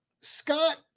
Scott